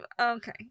Okay